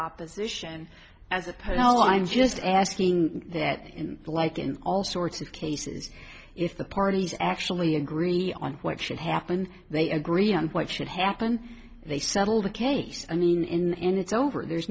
opposition as opposed to all i'm just asking that like in all sorts of cases if the parties actually agree on what should happen they agree on what should happen they settle the case i mean in in it's over there's